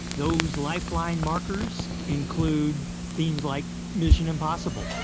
those lifeline markers include themes like mission impossible,